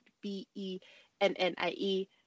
B-E-N-N-I-E